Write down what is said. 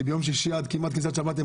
כי ביום שישי כמעט עד כניסת שבת הם